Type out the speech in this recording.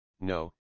no